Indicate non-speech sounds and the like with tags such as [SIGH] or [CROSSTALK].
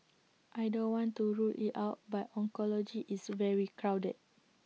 [NOISE] I don't want to rule IT out but oncology is very crowded